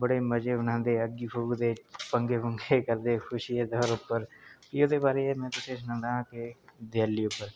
बड़े मजे मनांदे अग्गी फूकदे पंगे पुंगे करदे खुशी एह्दे उप्पर एह्दे बारे च में तुसें ई सनान्नां कि देआली उप्पर